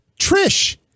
Trish